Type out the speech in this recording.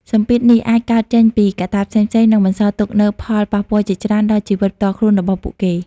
សម្ពាធនេះអាចកើតចេញពីកត្តាផ្សេងៗ និងបន្សល់ទុកនូវផលប៉ះពាល់ជាច្រើនដល់ជីវិតផ្ទាល់ខ្លួនរបស់ពួកគេ ។